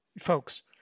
folks